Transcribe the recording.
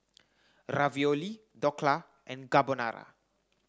Ravioli Dhokla and Carbonara